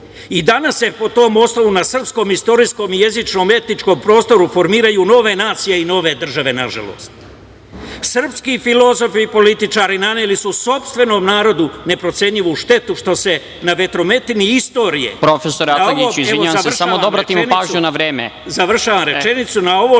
I danas se po tom osnovu na srpskom istorijskom i jezičko-etničkom prostoru formiraju nove nacije i nove države, nažalost. Srpski filozofi i političari naneli su sopstvenom narodu neprocenjivu štetu, što se na vetrometini istorije…(Predsedavajući: Profesore Atlagiću, samo da obratimo pažnju na vreme.)Završavam rečenicu. Na ovoj